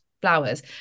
flowers